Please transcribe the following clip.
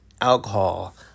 alcohol